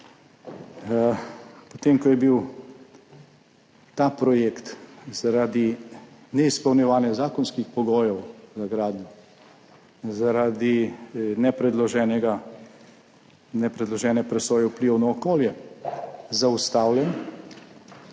Potem, ko je bil ta projekt zaradi neizpolnjevanja zakonskih pogojev za gradnjo, zaradi nepredložene presoje vplivov na okolje zaustavljen,